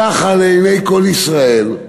ככה, לעיני כל ישראל,